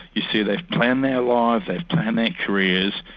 you see they've planned their lives, they've planned their careers,